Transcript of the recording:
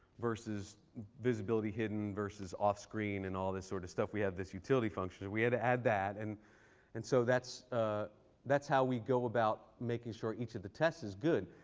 versus visibility hidden, versus off screen, and all this sort of stuff, we have this utility function. we had to add that. and and so that's ah that's how we go about making sure each of the tests are good.